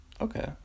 okay